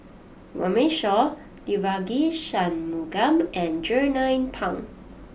Runme Shaw Devagi Sanmugam and Jernnine Pang